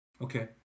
Okay